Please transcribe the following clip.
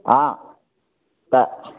हँ तऽ